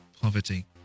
poverty